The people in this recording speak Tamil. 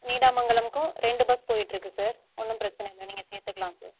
நீடாமங்கலம்க்கும் ரெண்டு பஸ் போய்ட்டு இருக்கு சார் ஒன்றும் பிரச்சனை இல்லை நீங்கள் சேர்த்துக்கலாம் சார்